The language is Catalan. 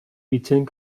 vigent